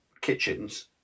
kitchens